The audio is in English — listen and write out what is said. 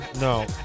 no